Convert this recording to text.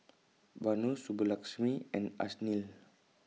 Vanu Subbulakshmi and Ashnil